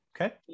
okay